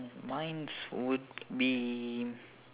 mine's would be